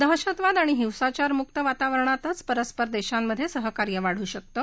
दहशतवाद आणि हिंसाचारमुक्त वातावरणातच परस्पर देशांमधे सहकार्य वाढू शकतं